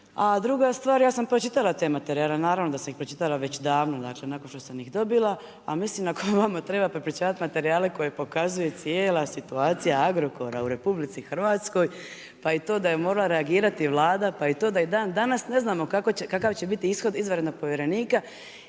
A druga stvar, ja sam pročitala te materijale, naravno da sam ih pročitala, već davno, dakle nakon što sam ih dobila a misli ako vama treba prepričavati materijala koje pokazuje cijela situacija Agrokora u RH pa i to da je morala reagirati Vlada, pa i to da i dan danas ne znamo kakav će biti ishod izvanrednog povjerenika